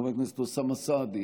חבר הכנסת אוסאמה סעדי,